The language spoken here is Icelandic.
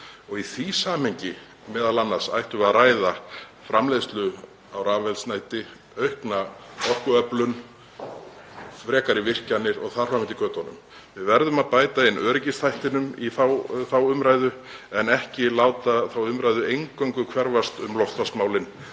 næg. Í því samhengi m.a. ættum við að ræða framleiðslu á rafeldsneyti, aukna orkuöflun, frekari virkjanir og þar fram eftir götunum. Við verðum að bæta inn öryggisþættinum í þá umræðu en ekki láta hana eingöngu hverfast um loftslagsmálin